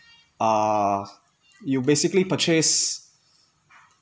uh you basically purchase